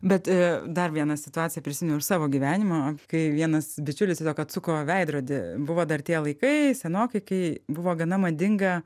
bet e dar vieną situaciją prisiminiau iš savo gyvenimo kai vienas bičiulis tiesiog atsuko veidrodį buvo dar tie laikai senokai kai buvo gana madinga